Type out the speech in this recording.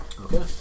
Okay